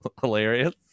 hilarious